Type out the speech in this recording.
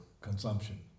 consumption